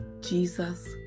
Jesus